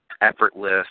effortless